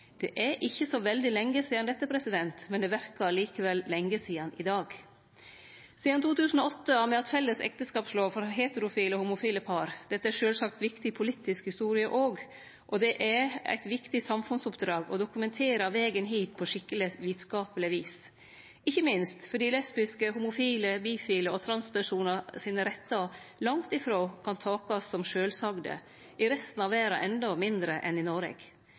Det er ikkje så veldig lenge sidan dette, men det verkar likevel lenge sidan i dag. Sidan 2008 har me hatt felles ekteskapslov for heterofile og homofile par. Dette er sjølvsagt òg viktig politisk historie, og det er eit viktig samfunnsoppdrag å dokumentere vegen hit på skikkeleg vitskapleg vis, ikkje minst fordi lesbiske, homofile, bifile og transpersonar sine rettar langt ifrå kan takast som sjølvsagde – i resten av verda endå mindre enn i Noreg.